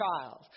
child